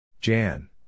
Jan